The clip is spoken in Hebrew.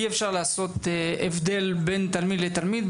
אי-אפשר לעשות הבדל בין תלמיד לתלמיד.